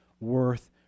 worth